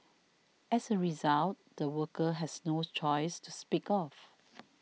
as a result the worker has no choice to speak of